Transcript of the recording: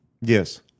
Yes